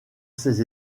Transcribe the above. ses